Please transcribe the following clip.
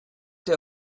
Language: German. der